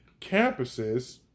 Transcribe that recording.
campuses